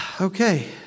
Okay